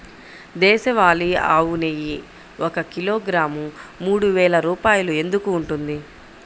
దేశవాళీ ఆవు నెయ్యి ఒక కిలోగ్రాము మూడు వేలు రూపాయలు ఎందుకు ఉంటుంది?